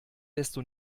desto